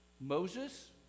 Moses